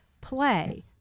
play